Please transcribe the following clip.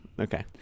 Okay